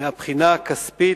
מהבחינה הכספית,